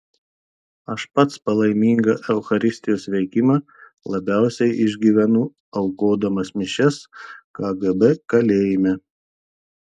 aš pats palaimingą eucharistijos veikimą labiausiai išgyvenau aukodamas mišias kgb kalėjime